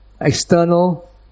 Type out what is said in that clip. external